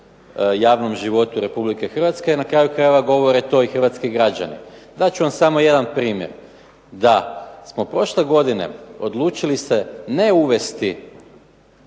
javnom životu Republike Hrvatske, na kraju krajeva govore to i Hrvatski građani. Dat ću vam samo jedan primjer da smo prošle godine odlučili se ne uvesti